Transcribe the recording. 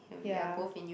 ya